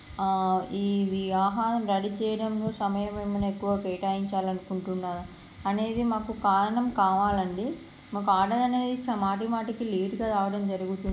ఇది ఈ ఆహారం రెడీ చేయడంలో సమయం ఏమయినా ఎక్కువ కేటాయించాలి అనుకుంటున్నారా అనేది మాకు కారణం కావాలి అండి మాకు ఆర్డర్ అనేది చా మాటిమాటికి లేటుగా రావడం జరుగుతుంది